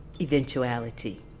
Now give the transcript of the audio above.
eventuality